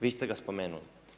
Vi ste ga spomenuli.